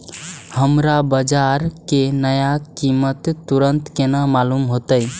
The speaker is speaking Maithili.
हमरा बाजार के नया कीमत तुरंत केना मालूम होते?